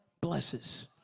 blesses